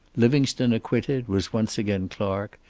livingstone acquitted was once again clark,